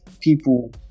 people